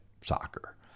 soccer